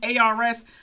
ARS